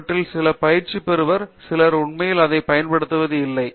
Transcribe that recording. அவற்றில் சிலர் பயிற்சி பெறுவார் சிலர் உண்மையில் அதைப் பயன்படுத்துவது இல்லை